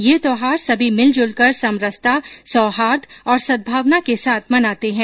ये त्योहार सभी मिलजुलकर समरसता सौहार्द और सद्भावना के साथ मनाते है